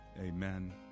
Amen